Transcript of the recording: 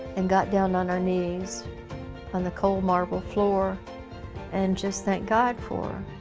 and got down on our knees on the cold marble floor and just thanked god for